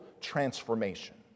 transformation